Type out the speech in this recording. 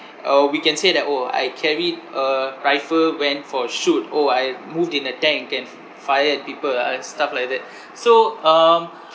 uh we can say that orh I carried a rifle went for a shoot orh I moved in a tank and f~ fired people uh stuff like that so um